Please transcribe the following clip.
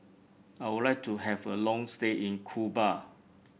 I would like to have a long stay in Cuba